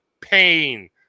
Pain